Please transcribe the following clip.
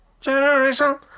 Generation